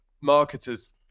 marketers